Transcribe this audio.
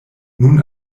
nun